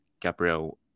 Gabriel